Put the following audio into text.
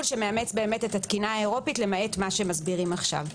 שמאמץ את התקינה האירופית למעט מה שמסבירים עכשיו.